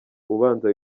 ubanza